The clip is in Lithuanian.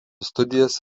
studijas